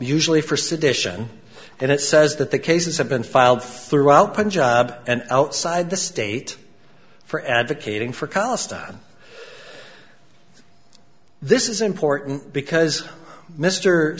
usually for sedition and it says that the cases have been filed throughout punjab and outside the state for advocating for cost on this is important because mr